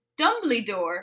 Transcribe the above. Dumbledore